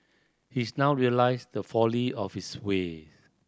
he's now realised the folly of his way